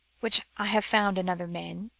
which i had found in other men.